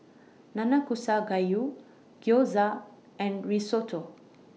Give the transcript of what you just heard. Nanakusa Gayu Gyoza and Risotto